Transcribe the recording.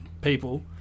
people